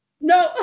No